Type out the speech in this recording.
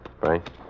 Right